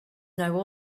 know